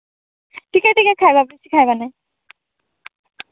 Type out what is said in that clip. ଟିକେ ଟିକେ ଖାଇବା ବେଶୀ ଖାଇବା ନାହିଁ